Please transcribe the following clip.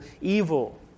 evil